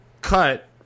cut